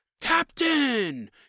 Captain